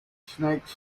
snakes